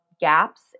gaps